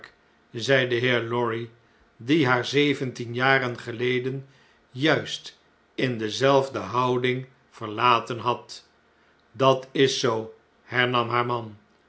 zei de heer lorry die haar zeventien jaren geleden juist in dezelfde houding verlaten had dat is zoo hernam haar man